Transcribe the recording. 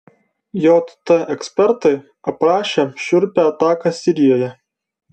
jt ekspertai aprašė šiurpią ataką sirijoje